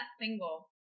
single